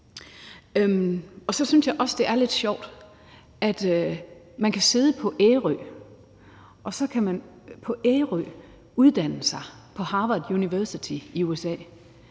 på. Så synes jeg også, det er lidt sjovt, at man kan sidde på Ærø, og så kan man på Ærø uddanne sig på Harvard University i USA,